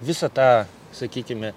visą tą sakykime